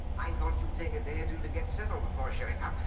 i thought you'd take a day or two to get settled before showing up.